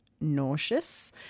nauseous